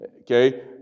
Okay